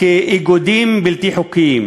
כאיגודים בלתי חוקיים,